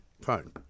phone